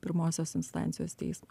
pirmosios instancijos teismui